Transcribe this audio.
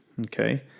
okay